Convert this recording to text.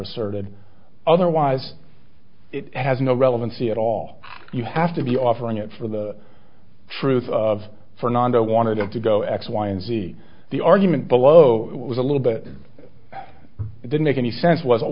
asserted otherwise it has no relevancy at all you have to be offering it for the truth of fernando wanted it to go x y and z the argument below was a little bit it didn't make any sense was